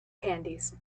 candies